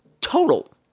total